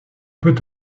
peut